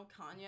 Kanye